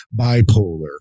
bipolar